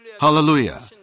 Hallelujah